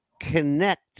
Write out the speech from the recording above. connect